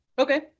Okay